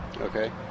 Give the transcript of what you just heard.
Okay